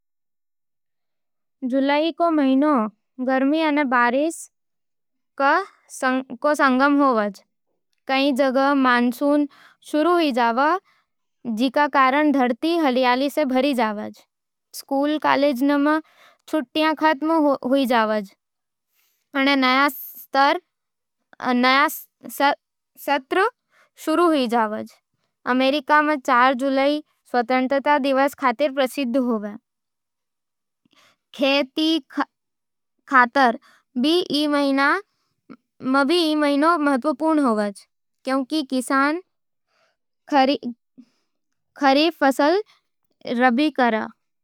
जुलाई रो महीनो गर्मी अने बारिश रो संगम होवे। कई जगह मानसून शुरू हो जावे, जिकरो कारण धरती हरियाली सै भर जावे। स स्कूल-कॉलेजां में छुट्टियां खत्म होण लागे, अने नया सत्र शुरू होवे। अमेरिका में चार जुलाई स्वतंत्रता दिवस खातर प्रसिद्ध होवे। खेती खातर भी ई महीनो महत्वपूर्ण होवे, क्यूंकि किसान खरीफ फसल रोबी करै। बारिश रो मजो, चाय-पकौड़े अने ठंडी हवा ई महीना ने खास बनावै, जिकरो कारण लोग नई ऊर्जा सगै अपन काम शुरू करै।